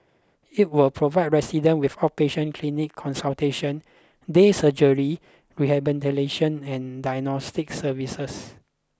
it will provide resident with outpatient clinic consultation day surgery rehabilitation and diagnostic services